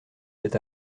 cet